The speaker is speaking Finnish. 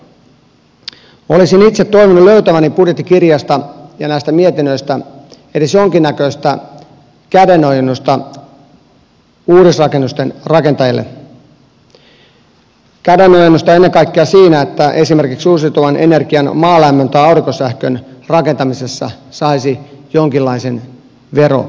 olisin itse toivonut löytäväni budjettikirjasta ja näistä mietinnöistä edes jonkinnäköistä kädenojennusta uudisrakennusten rakentajille kädenojennusta ennen kaikkea siinä että esimerkiksi uusiutuvan energian maalämmön tai aurinkosähkön rakentamisessa saisi jonkinlaisen verohyödyn